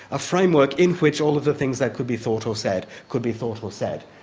a framework in which all of the things that could be thought or said could be thought or said.